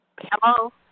Hello